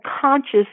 conscious